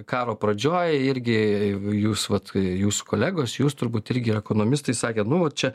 karo pradžioj irgi jūs vat jūsų kolegos jūs turbūt irgi ir ekonomistai sakė nu va čia